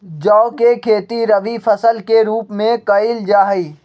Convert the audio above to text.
जौ के खेती रवि फसल के रूप में कइल जा हई